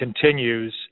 continues